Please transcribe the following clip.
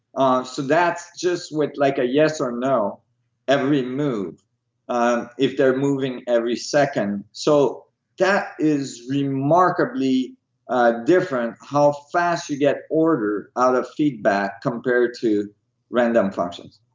ah so that's just with like a yes or no every move ah if they're moving every second. so that is remarkably ah different how fast you get order out of feedback compared to random functions